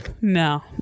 no